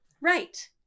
Right